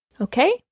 Okay